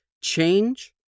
change